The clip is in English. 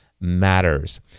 Matters